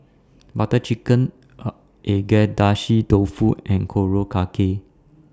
Butter Chicken Agedashi Dofu and Korokke